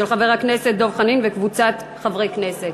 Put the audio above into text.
של חבר הכנסת דב חנין וקבוצת חברי הכנסת.